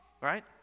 right